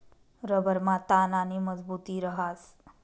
रबरमा ताण आणि मजबुती रहास